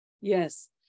yes